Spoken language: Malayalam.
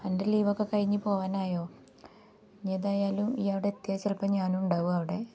നിൻ്റെ ലീവൊക്കെ കഴിഞ്ഞ് പോകാനായോ ഇനിയേതായാലും നീ അവിടെ എത്തിയാൽ ചിലപ്പോൾ ഞാനുണ്ടാകും അവിടെ